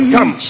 Come